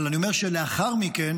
אבל אני אומר שלאחר מכן